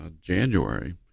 January